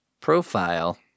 profile